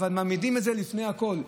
אבל מעמידים את זה לפני הכול.